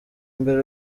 mbere